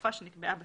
לתקופה שנקבעה בצו.